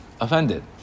offended